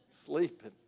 sleeping